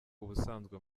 ubusanzwe